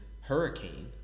hurricane